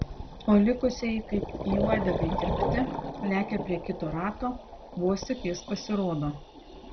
o likusieji kaip į uodegą įkirpti lekia prie kito rato vos tik jis pasirodo